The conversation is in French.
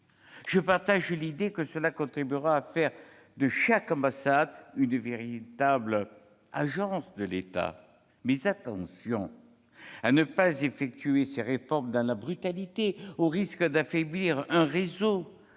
Je partage l'idée que cela contribuera à faire de chaque ambassade une véritable agence de l'État. Mais attention à ne pas effectuer ces réformes dans la brutalité, au risque d'affaiblir un réseau